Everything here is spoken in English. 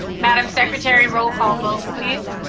madam secretary, roll call vote, please?